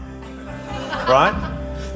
Right